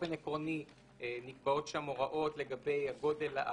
באופן עקרוני נקבעות שם עקרונות לגבי גודל,